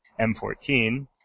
M14